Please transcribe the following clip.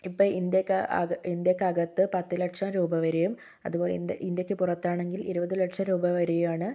ഇപ്പം ഇന്ത്യയ്ക്ക് അക ഇന്ത്യയ്ക്ക് അകത്ത് പത്ത് ലക്ഷം രൂപ വരെയും അതുപോലെ ഇന്ത്യക്ക് പുറത്താണെങ്കിൽ ഇരുപത് ലക്ഷം രൂപ വരെയാണ്